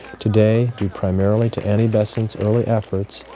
today, due primarily to annie besant's early efforts,